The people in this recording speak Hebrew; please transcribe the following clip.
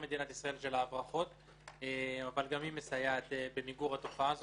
מדינת ישראל וגם מסייעת במיגור התופעה הזאת.